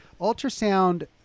ultrasound